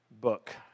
book